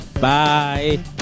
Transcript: Bye